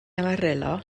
amarillo